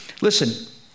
Listen